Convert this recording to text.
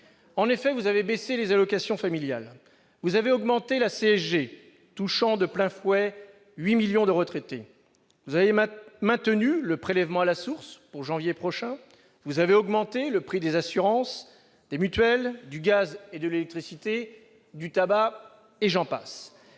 réservez ? Vous avez baissé les allocations familiales, vous avez augmenté la CSG, touchant de plein fouet huit millions de retraités, vous avez maintenu le prélèvement à la source pour janvier prochain, vous avez augmenté le prix des assurances, des mutuelles, du gaz et de l'électricité, du tabac et j'en passe.